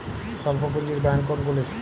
স্বল্প পুজিঁর ব্যাঙ্ক কোনগুলি?